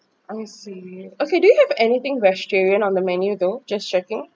I see okay do you have anything vegetarian on the menu though just checking